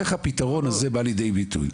איך הפתרון הזה בא לידי ביטוי.